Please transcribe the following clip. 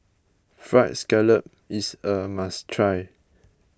Fried Scallop is a must try